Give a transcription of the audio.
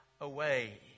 away